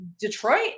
detroit